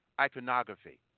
iconography